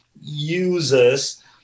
users